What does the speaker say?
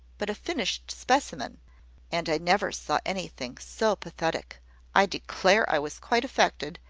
but a finished specimen and i never saw anything so pathetic i declare i was quite affected,